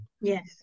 Yes